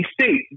state